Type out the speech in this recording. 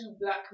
black